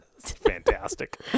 Fantastic